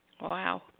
Wow